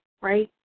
right